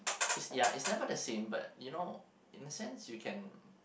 it's ya it's never the same but you know in a sense you can